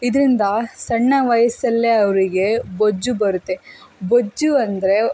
ಇದರಿಂದ ಸಣ್ಣ ವಯಸ್ಸಲ್ಲೇ ಅವರಿಗೆ ಬೊಜ್ಜು ಬರುತ್ತೆ ಬೊಜ್ಜು ಅಂದರೆ